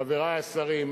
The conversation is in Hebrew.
חברי השרים,